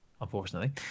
unfortunately